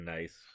Nice